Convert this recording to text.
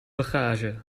bagage